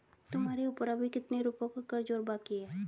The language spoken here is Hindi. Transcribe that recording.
तुम्हारे ऊपर अभी कितने रुपयों का कर्ज और बाकी है?